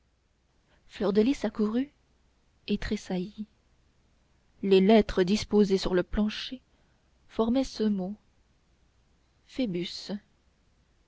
fleur de lys accourut et tressaillit les lettres disposées sur le plancher formaient ce mot